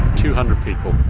two hundred people